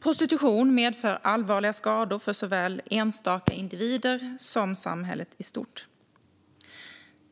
Prostitution medför allvarliga skador för såväl enskilda individer som samhället i stort.